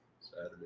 Saturday